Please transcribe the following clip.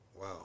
Wow